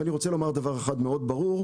ואני רוצה לומר דבר אחד מאוד ברור,